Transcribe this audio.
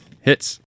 hits